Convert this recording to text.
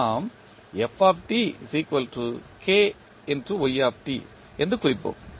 நாம் என்று குறிப்போம்